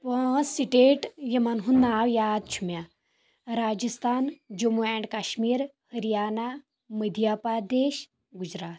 پانٛژھ سٹیٹ یِمن ہُنٛد ناو یاد چھُ مےٚ راجستان جموں اینڈ کشمیٖر ۂریانا مٔدیا پردیش گُجرات